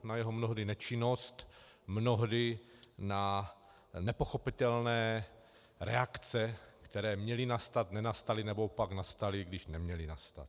Na jeho mnohdy nečinnost, mnohdy na nepochopitelné reakce, které měly nastat, nenastaly, nebo pak nastaly, když neměly nastat.